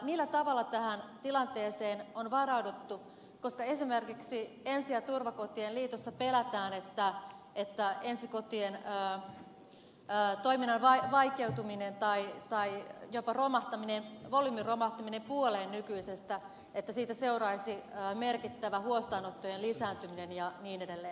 millä tavalla tähän tilanteeseen on varauduttu koska esimerkiksi ensi ja turvakotien liitossa pelätään että ensikotien toiminnan vaikeutumisesta tai jopa volyymin romahtamisesta puoleen nykyisestä seuraisi merkittävä huostaanottojen lisääntyminen ja niin edelleen